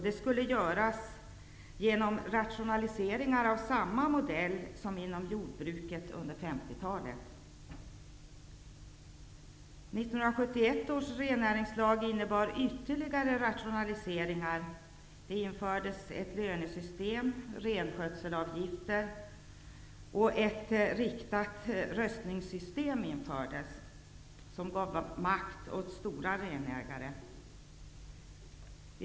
Det skulle göras genom rationaliseringar av samma modell som man använde inom jordbruket under 50-talet. 1971 års rennäringslag innebar ytterligare rationaliseringar. Det infördes ett lönesystem, renskötselavgifter och ett riktat röstningssystem, vilket gav mera makt åt stora renägare.